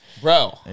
Bro